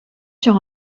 sur